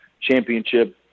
championship